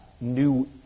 new